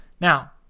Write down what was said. now